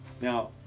Now